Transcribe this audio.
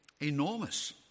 enormous